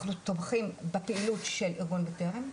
אנחנו תומכים בפעילות של ארגון בטרם,